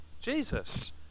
Jesus